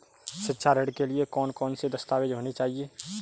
शिक्षा ऋण के लिए कौन कौन से दस्तावेज होने चाहिए?